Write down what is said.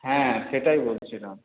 হ্যাঁ সেটাই বলছিলাম